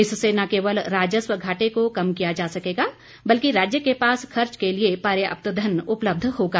इससे न केवल राजस्व घाटे को कम किया जा सकेगा बल्कि राज्य के पास खर्च के लिए पर्याप्त धन उपलब्ध होगा